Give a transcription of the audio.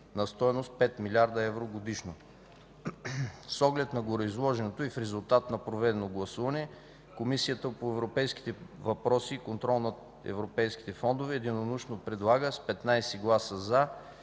на стойност 5 млрд. евро годишно. С оглед на гореизложеното и в резултат на проведеното гласуване Комисията по европейските въпроси и контрол на европейските фондове единодушно предлага с 15 гласа „за”